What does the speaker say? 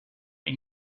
ils